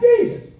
Jesus